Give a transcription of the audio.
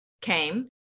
came